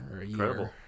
incredible